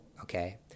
okay